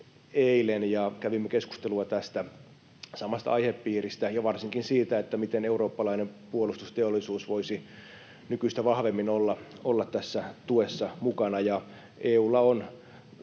eilen ja kävimme keskustelua tästä samasta aihepiiristä ja varsinkin siitä, miten eurooppalainen puolustusteollisuus voisi nykyistä vahvemmin olla tässä tuessa mukana.